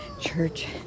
church